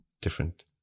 different